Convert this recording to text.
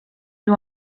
you